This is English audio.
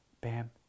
Bam